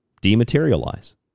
dematerialize